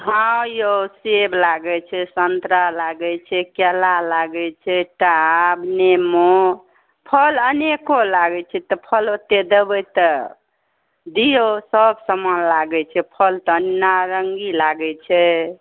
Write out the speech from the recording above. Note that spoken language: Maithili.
हँ औ सेब लागै छै सन्तरा लागै छै केला लागै छै टाभ नेमो फल अनेको लागै छै तऽ फल ओतेक देबै तऽ दिऔ सब समान लागै छै फल तऽ नारङ्गी लागै छै